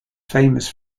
famous